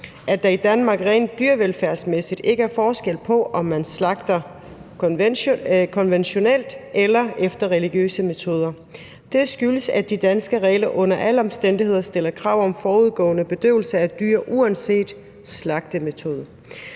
at der i Danmark rent dyrevelfærdsmæssigt ikke er forskel på, om man slagter konventionelt eller efter religiøse metoder. Det skyldes, at de danske regler under alle omstændigheder stiller krav om forudgående bedøvelse af et dyr uanset slagtemetode.